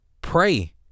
Pray